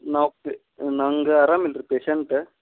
ನಾವು ಪೆ ನಂಗೆ ಆರಾಮಿಲ್ರಿ ಪೇಶೆಂಟ